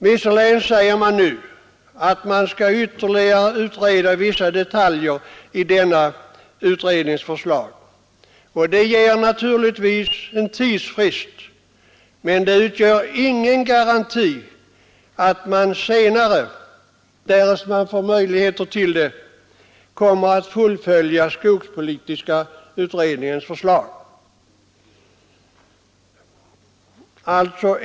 Visserligen säger man nu att man skall ytterligare utreda vissa detaljer i utredningens förslag, och det ger naturligtvis en tidsfrist, men det utgör ingen garanti för att man inte senare, därest man får möjlighet till det, kommer att fullfölja skogspolitiska utredningens förslag.